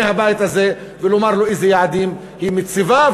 הבית הזה ולומר לו איזה יעדים היא מציבה,